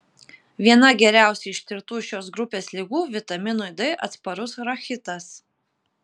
viena geriausiai ištirtų šios grupės ligų vitaminui d atsparus rachitas